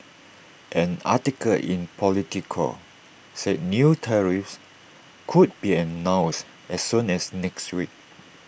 an article in Politico said new tariffs could be announced as soon as next week